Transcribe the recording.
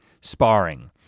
sparring